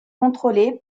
contrôlé